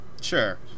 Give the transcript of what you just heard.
Sure